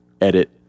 edit